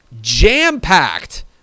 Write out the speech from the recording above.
jam-packed